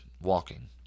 walking